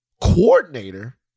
coordinator